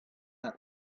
had